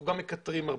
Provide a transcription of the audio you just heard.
אנחנו גם מקטרים הרבה.